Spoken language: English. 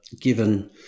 given